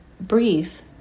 brief